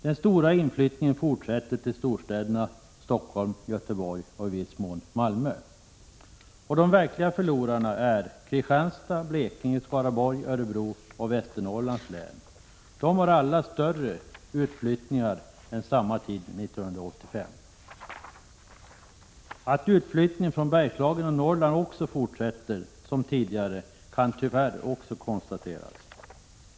Den stora inflyttningen fortsätter till storstäderna Stockholm och Göteborg och i viss mån till Malmö. De verkliga förlorarna är Kristianstads, Blekinge, Skaraborgs, Örebro och Västernorrlands län. De har alla större nettoutflyttning än samma tid 1985. Att utflyttningen från Bergslagen och Norrland också fortsätter som tidigare kan tyvärr också konstateras.